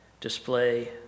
display